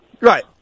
right